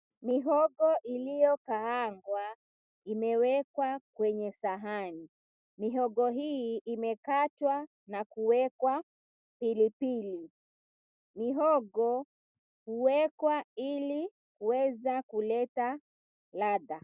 Mihogo iliyokaangwa, imewekwa kwenye sahani. Mihogo hii imekatwa na kuwekwa pilipili. Mihogo huwekwa Ili kuweza kuleta ladha.